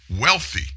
Wealthy